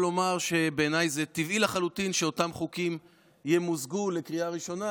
בעיניי זה טבעי לחלוטין שאותם חוקים ימוזגו לקריאה ראשונה,